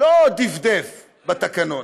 לא דפדף בתקנון,